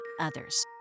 others